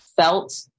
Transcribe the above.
felt